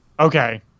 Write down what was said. Okay